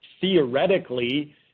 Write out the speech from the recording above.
theoretically